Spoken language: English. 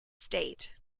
state